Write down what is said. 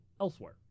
elsewhere